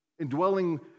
indwelling